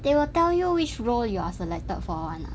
they will tell you which role you're selected for [one] not